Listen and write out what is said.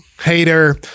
hater